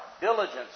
Diligence